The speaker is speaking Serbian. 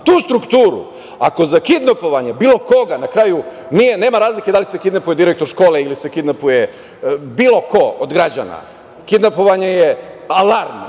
tu strukturu, ako za kidnapovanje bilo koga, na kraju nema razlike da li se kidnapuje direktor škole ili se kidnapuje bilo ko od građana, kidnapovanje je alarm,